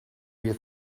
you